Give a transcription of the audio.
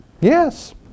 yes